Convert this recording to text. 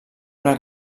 una